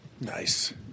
Nice